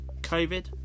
COVID